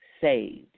saved